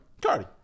Cardi